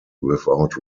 without